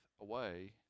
away